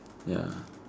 ya